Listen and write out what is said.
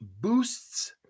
boosts